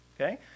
Okay